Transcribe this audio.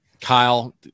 Kyle